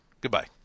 Goodbye